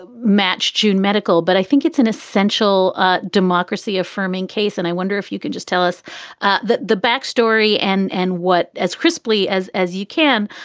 ah match june medical. but i think it's an essential democracy affirming case. and i wonder if you can just tell us the the backstory and and what as crisply as as you can,